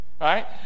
right